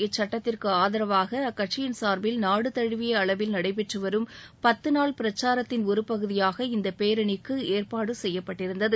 இச்சட்டத்திற்கு ஆதரவாக அக்கட்சியின் சாா்பில் நாடு தழுவிய அளவில் நடைபெற்றுவரும் பத்து நாள் பிரச்சாரத்தின் ஒரு பகுதியாக இந்த பேரணிக்கு ஏற்பாடு செய்யப்பட்டிருந்தது